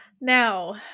Now